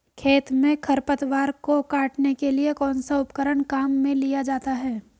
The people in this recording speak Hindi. खेत में खरपतवार को काटने के लिए कौनसा उपकरण काम में लिया जाता है?